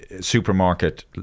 supermarket